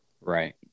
Right